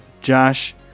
Josh